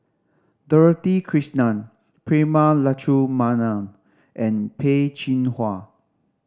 Dorothy Krishnan Prema Letchumanan and Peh Chin Hua